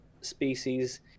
species